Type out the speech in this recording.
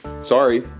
sorry